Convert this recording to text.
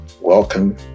Welcome